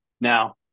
Now